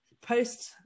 post